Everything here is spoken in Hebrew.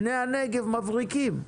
בני הנגב מבריקים.